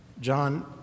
John